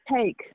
take